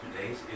today's